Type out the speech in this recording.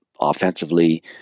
Offensively